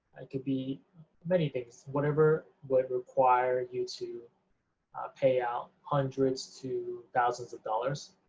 it could be many things, whatever would require you to pay out hundreds to thousands of dollars